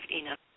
enough